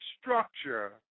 structure